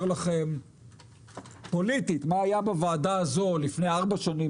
לכם פוליטית מה היה בוועדה הזאת לפני שלוש שנים